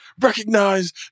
recognize